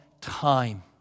time